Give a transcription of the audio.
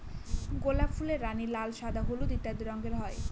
গোলাপ ফুলের রানী, লাল, সাদা, হলুদ ইত্যাদি রঙের হয়